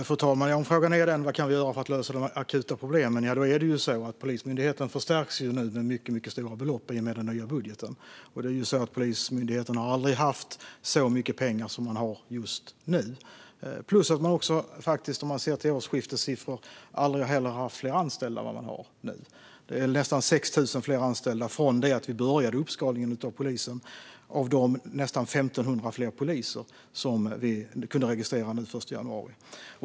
Fru talman! Om frågan är vad vi kan göra för att lösa de akuta problemen är det så att Polismyndigheten nu förstärks med mycket stora belopp i och med den nya budgeten. Polismyndigheten har aldrig haft så mycket pengar som man har just nu. Man har heller aldrig, om man ser till årsskiftessiffror, haft fler anställda än vad man nu har. Det är nästan 6 000 fler anställda från det att vi började skala upp polisen, av dem nästan 1 500 fler poliser som vi kunde registrera den 1 januari.